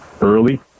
early